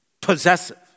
possessive